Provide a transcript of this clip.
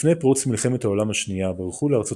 לפני פרוץ מלחמת העולם השנייה ברחו לארצות